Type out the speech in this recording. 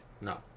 No